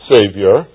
Savior